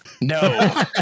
No